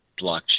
blockchain